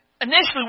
initially